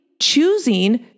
choosing